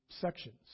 sections